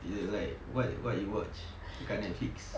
you like what what you watch dekat netflix